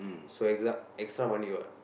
so ex~ extra money what